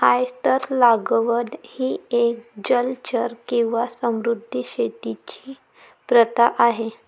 oyster लागवड ही एक जलचर किंवा समुद्री शेतीची प्रथा आहे